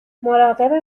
مراقب